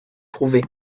prouvée